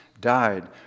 died